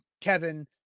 Kevin